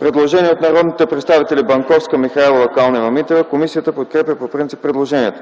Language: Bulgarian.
Предложение от народните представители Банковска, Михайлова, Калнева-Митева. Комисията подкрепя по принцип предложението.